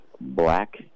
Black